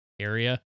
area